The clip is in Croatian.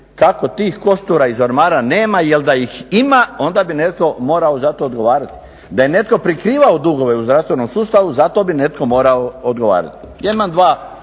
kako tih kostura iz ormara nema jer da ih ima onda bi netko morao za to odgovarati. Da je netko prikrivao dugove u zdravstvenom sustavu, za to bi netko morao odgovarati.